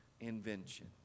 invention